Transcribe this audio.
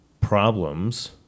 problems